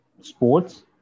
sports